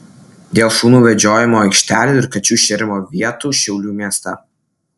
dėl šunų vedžiojimo aikštelių ir kačių šėrimo vietų šiaulių mieste